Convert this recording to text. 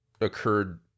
occurred